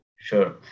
Sure